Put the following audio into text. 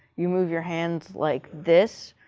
you move your hands like this.